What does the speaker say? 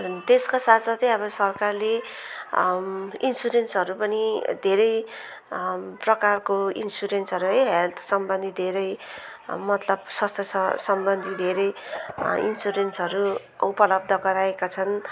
त्यसका साथसाथै अब सरकारले इन्सुरेन्सहरू पनि धेरै प्रकारको इन्सुरेन्सहरू है हेल्थसम्बन्धी धेरै मतलब स्वास्थ्यसम्बन्धी धेरै इन्सुरेन्सहरू उपलब्ध गराएका छन्